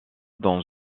dans